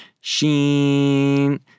Sheen